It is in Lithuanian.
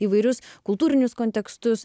įvairius kultūrinius kontekstus